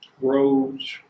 roads